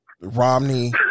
Romney